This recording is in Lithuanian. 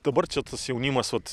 dabar čia tas jaunimas vat